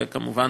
וכמובן,